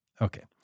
Okay